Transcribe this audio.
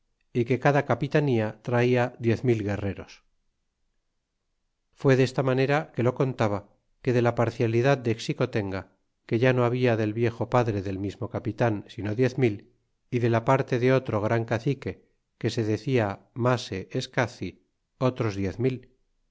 y que cada capitanía traia diez mil guerreros fué desta manera que lo contaba que de la parcialidad de xicotenga que ya no habla del viejo padre del mismo capitan sino diez mil y de la parte de otro gran cacique que se decia mase escaci otros diez mil